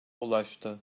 ulaştı